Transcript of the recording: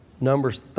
Numbers